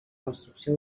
construcció